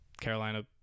Carolina